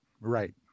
right